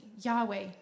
Yahweh